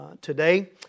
today